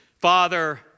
Father